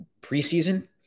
preseason